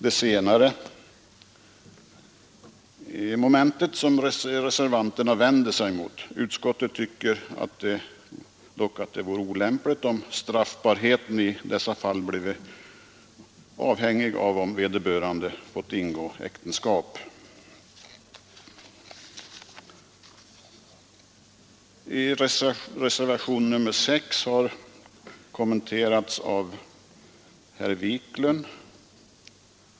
Det vänder sig reservanterna mot. Reservationen 6 har kommenterats av herr Wiklund.